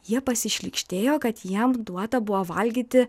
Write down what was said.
jie pasišlykštėjo kad jiems duota buvo valgyti